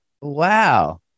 wow